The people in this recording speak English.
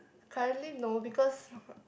currently no because